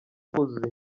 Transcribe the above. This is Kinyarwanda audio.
kuzuza